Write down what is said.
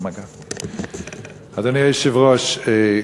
אדוני היושב-ראש,